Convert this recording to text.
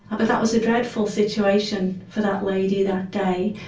but that was a dreadful situation for that lady that day.